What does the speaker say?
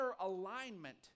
alignment